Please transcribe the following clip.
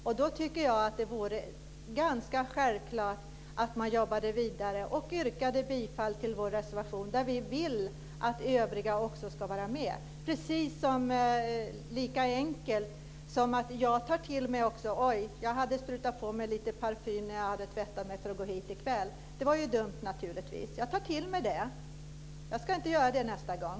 Jag tycker att det skulle vara ganska självklart att man då skulle yrka bifall till vår reservation, som går ut på att också övriga organisationer ska få komma med. Det är lika enkelt som när jag insåg att jag hade sprutat på mig lite parfym efter att ha tvättat mig innan jag gick hit i kväll. Det var naturligtvis dumt, men jag tar till mig det. Jag ska inte göra så nästa gång.